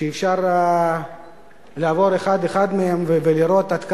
אפשר לעבור אחד-אחד מהם ולראות עד כמה,